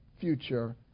future